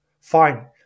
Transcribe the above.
Fine